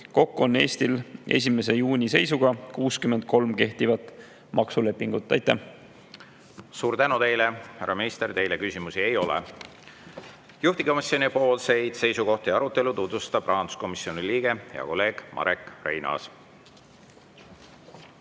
Kokku on Eestil 1. juuni seisuga 63 kehtivat maksulepingut. Aitäh! Suur tänu teile, härra minister! Teile küsimusi ei ole. Juhtivkomisjoni seisukohti ja arutelu tutvustab rahanduskomisjoni liige, hea kolleeg Marek Reinaas.